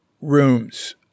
rooms